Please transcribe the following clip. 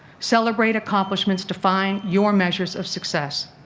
celebrate accomplishments. define your measures of success.